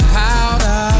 powder